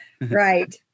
Right